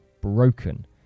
broken